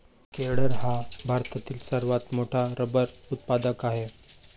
केरळ हा भारतातील सर्वात मोठा रबर उत्पादक आहे